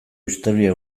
historia